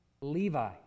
levi